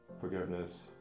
forgiveness